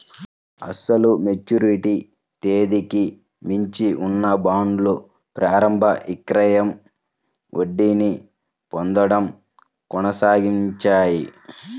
అసలు మెచ్యూరిటీ తేదీకి మించి ఉన్న బాండ్లు ప్రారంభ విక్రయం వడ్డీని పొందడం కొనసాగించాయి